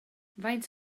faint